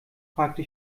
fragte